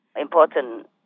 important